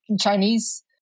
Chinese